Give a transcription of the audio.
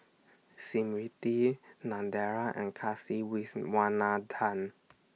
Smriti Narendra and Kasiviswanathan